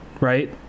right